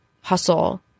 hustle